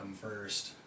first